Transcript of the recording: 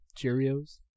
Cheerios